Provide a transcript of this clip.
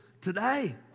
today